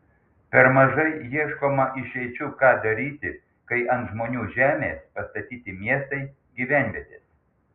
per mažai ieškoma išeičių ką daryti kai ant žmonių žemės pastatyti miestai gyvenvietės